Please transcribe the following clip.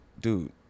dude